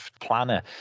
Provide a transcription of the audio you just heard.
planner